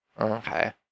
Okay